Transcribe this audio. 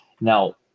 Now